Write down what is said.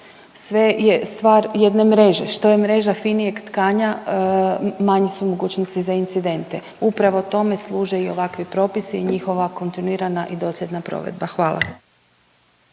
sve je stvar jedne mreže. Što je mreža finijeg tkanja manje su mogućnosti za incidente. Upravo tome služe i ovakvi propisi i njihova kontinuirana i dosljedna provedba. Hvala.